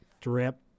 drip